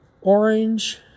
orange